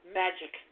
magic